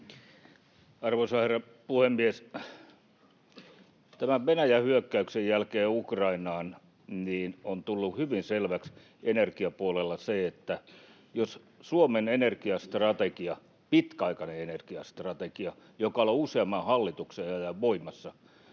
Arvoisa herra puhemies! Venäjän hyökättyä Ukrainaan on tullut hyvin selväksi energiapuolella, että Suomen energiastrategia — pitkäaikainen energiastrategia, joka on ollut useamman hallituksen ajan voimassa